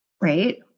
right